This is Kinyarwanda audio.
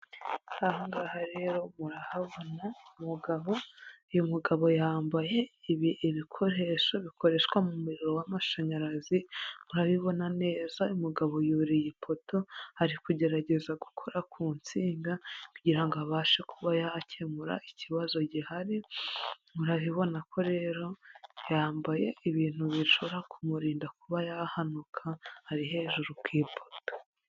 Aha ngaha rero murahabona umugabo, uyu mugabo yambayeye ibikoresho bikoreshwa mu muririro w'amashanyarazi, urabibona neza uyu mugabo yuriye ipoto ari kugerageza gukora ku nsinga, kugira ngo abashe kuba yakemura ikibazo gihari, murabibona ko rero yambaye ibintu bishobora kumurinda kuba yahanuka ari hejuru ku ipoto.